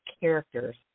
characters